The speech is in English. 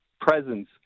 presence